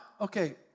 Okay